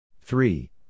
Three